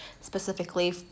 specifically